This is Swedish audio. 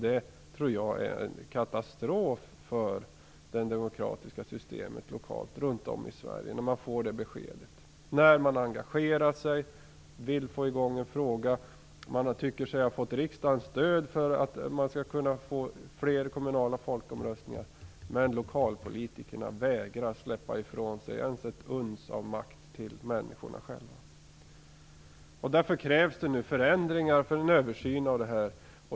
Jag tror att det är en katastrof för det demokratiska systemet lokalt runt om i Sverige om man får det beskedet när man har engagerat sig, vill få i gång debatten i en fråga och tycker sig ha fått riksdagens stöd för att kunna få fler kommunala folkomröstningar men lokalpolitikerna vägrar att släppa ifrån sig ens ett uns av makt till människorna själva. Därför krävs det nu förändringar och en översyn av detta.